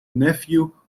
nephew